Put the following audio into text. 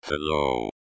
Hello